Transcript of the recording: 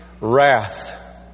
wrath